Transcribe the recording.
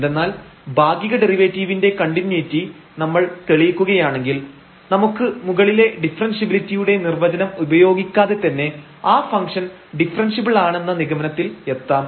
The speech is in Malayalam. എന്തെന്നാൽ ഭാഗിക ഡെറിവേറ്റിവിന്റെ കണ്ടിന്യൂയിറ്റി നമ്മൾ തെളിയിക്കുകയാണെങ്കിൽ നമുക്ക് മുകളിലെ ഡിഫറെൻഷ്യബിലിറ്റിയുടെ നിർവ്വചനം ഉപയോഗിക്കാതെ തന്നെ ആ ഫംഗ്ഷൻഡിഫറെൻഷ്യബിൾ ആണെന്ന നിഗമനത്തിൽ എത്താം